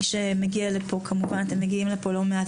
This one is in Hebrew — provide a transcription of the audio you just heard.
מי שמגיעים פה לא מעט,